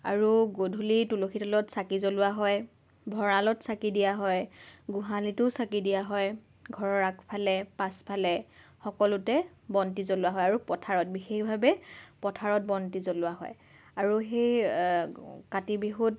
আৰু গধূলি তুলসীৰ তলত চাকি জ্বলোৱা হয় ভঁৰালত চাকি দিয়া হয় গোহালিটো চাকি দিয়া হয় ঘৰৰ আগফালে পাছফালে সকলোতে বন্তি জ্বলোৱা হয় আৰু পথাৰত বিশেষভাৱে পথাৰত বন্তি জ্বলোৱা হয় আৰু সেই কাতি বিহুত